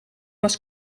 was